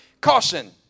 caution